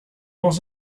was